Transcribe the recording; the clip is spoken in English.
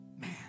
man